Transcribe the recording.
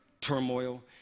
turmoil